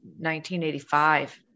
1985